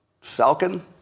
Falcon